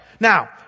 Now